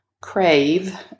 crave